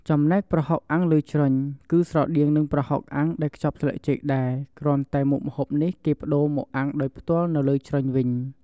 ចំណែកប្រហុកអាំងលើជ្រុញ គឺស្រដៀងនឹងប្រហុកអាំងដែលខ្ចប់ស្លឹកចេកដែរ គ្រាន់តែមុខម្ហូបនេះគេប្ដូរមកអាំងដោយផ្ទាល់នៅលើជ្រុញវិញ។